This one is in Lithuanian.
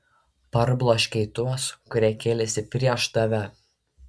parbloškei tuos kurie kėlėsi prieš tave